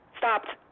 stopped